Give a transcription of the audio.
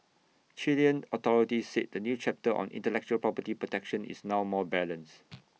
Chilean authorities say the new chapter on intellectual property protection is now more balanced